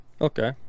okay